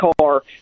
car